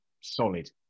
solid